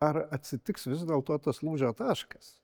ar atsitiks vis dėlto tas lūžio taškas